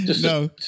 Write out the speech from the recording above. No